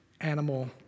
animal